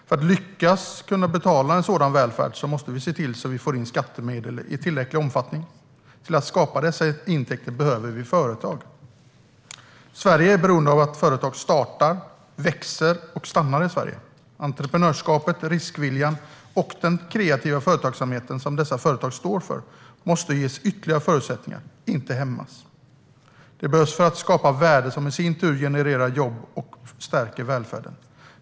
För att kunna betala en sådan välfärd måste vi få in skattemedel i tillräcklig omfattning, och för att skapa dessa intäkter behöver vi företag. Sverige är beroende av att företag startar, växer och stannar i Sverige. Entreprenörskapet, riskviljan och den kreativa företagsamhet som dessa företag står för måste ges ytterligare förutsättningar, inte hämmas. De behövs för att skapa värden som i sin tur genererar jobb och stärker välfärden.